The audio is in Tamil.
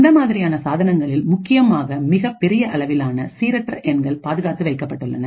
இந்த மாதிரியான சாதனங்களில் முக்கியமாக மிகப்பெரிய அளவிலான சீரற்ற எண்கள் பாதுகாத்து வைக்கப்பட்டுள்ளன